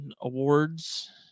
awards